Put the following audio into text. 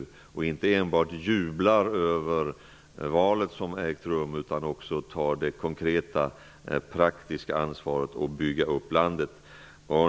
Världssamfundet kan inte bara jubla över det val som har ägt rum utan det måste ta det konkreta praktiska ansvaret för att bygga upp landet.